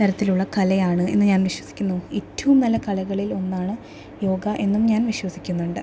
തരത്തിലുള്ള കലയാണ് എന്ന് ഞാൻ വിശ്വസിക്കുന്നു ഏറ്റവും നല്ല കലകളിൽ ഒന്നാണ് യോഗ എന്നും ഞാൻ വിശ്വസിക്കുന്നുണ്ട്